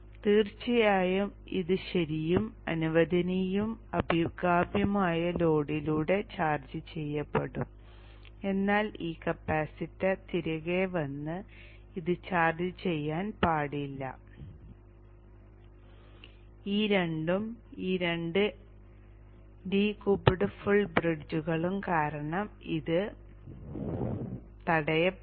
തീർച്ചയായും ഇത് ശരിയും അനുവദനീയവും അഭികാമ്യവുമായ ലോഡിലൂടെ ചാർജ് ചെയ്യപ്പെടും എന്നാൽ ഈ കപ്പാസിറ്റർ തിരികെ വന്ന് ഇത് ചാർജ് ചെയ്യാൻ പാടില്ല ഈ രണ്ടും ഈ രണ്ട് ഡീകൂപ്പ്ഡ് ഫുൾ ബ്രിഡ്ജുകളും കാരണം ഇത് തടയപ്പെടുന്നു